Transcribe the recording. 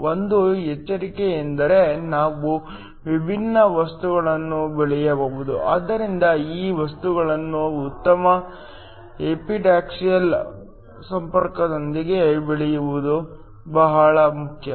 1 ಎಚ್ಚರಿಕೆಯೆಂದರೆ ನಾವು ವಿಭಿನ್ನ ವಸ್ತುಗಳನ್ನು ಬೆಳೆಯಬೇಕು ಆದ್ದರಿಂದ ಈ ವಸ್ತುಗಳನ್ನು ಉತ್ತಮ ಎಪಿಟಾಕ್ಸಿಯಲ್ ಸಂಪರ್ಕದೊಂದಿಗೆ ಬೆಳೆಯುವುದು ಬಹಳ ಮುಖ್ಯ